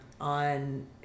on